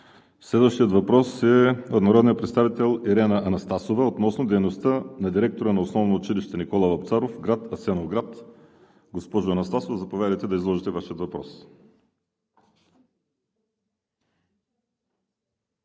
Следващият въпрос е от народния представител Ирена Анастасова относно дейността на директора на Основно училище „Никола Вапцаров“ – град Асеновград. Госпожо Анастасова, заповядайте да изложите Вашия въпрос.